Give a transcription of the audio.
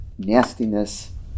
nastiness